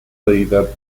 deidad